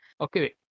Okay